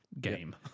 Game